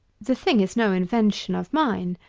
the thing is no invention of mine.